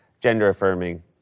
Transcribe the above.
gender-affirming